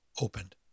opened